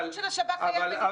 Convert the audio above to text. אבל